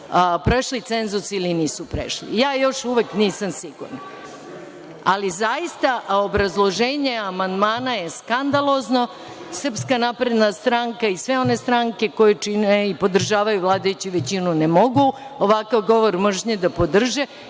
prešli cenzus ili nisu prešli. Ja još uvek nisam sigurna, ali zaista obrazloženje amandmana je skandalozno. Srpska napredna stranka i sve one stranke koje čine i podržavaju vladajuću većinu i ne mogu ovakav govor mržnje da podrže